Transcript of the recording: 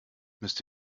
müsst